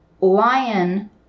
lion